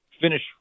finish